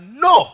no